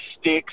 sticks